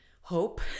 hope